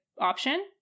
option